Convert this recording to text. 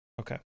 Okay